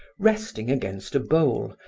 resting against a bowl,